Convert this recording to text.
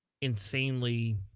insanely